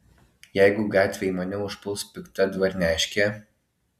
jeigu gatvėj mane užpuls pikta dvarneškė